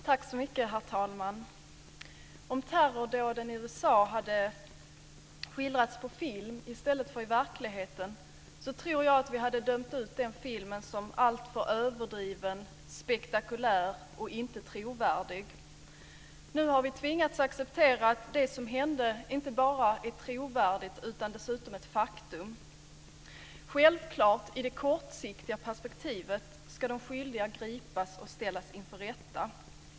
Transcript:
Herr talman! Om terrordåden i USA hade skildrats på film i stället för i verkligheten tror jag att vi hade dömt ut den filmen som alltför överdriven, alltför spektakulär och inte trovärdig. Nu har vi tvingats acceptera att det som hände inte bara är trovärdigt utan dessutom ett faktum. I det kortsiktiga perspektivet ska självklart de skyldiga gripas och ställas inför rätta.